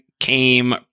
came